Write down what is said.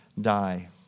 die